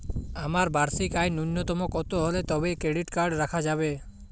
আমার বার্ষিক আয় ন্যুনতম কত হলে তবেই ক্রেডিট কার্ড রাখা যাবে?